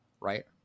Right